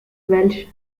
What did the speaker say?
welsh